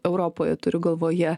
europoje turiu galvoje